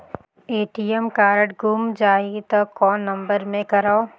ATM card गुम जाही त कौन नम्बर मे करव?